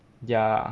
ya